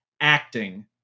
acting